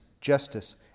justice